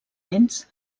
dents